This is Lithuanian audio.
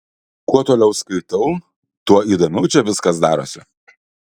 kuo toliau skaitau tuo įdomiau čia viskas darosi